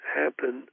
happen